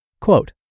Quote